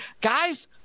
guys